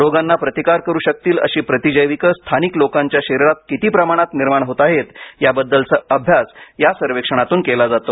रोगांना प्रतिकार करू शकतील अशी प्रतिजैविक स्थानिक लोकांच्या शरीरात किती प्रमाणात निर्माण होत आहेत याबद्दलचा अभ्यास या सर्वेक्षणातून केला जातो